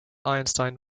einstein